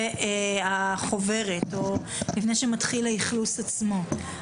החוברת או לפני שמתחיל האכלוס עצמו.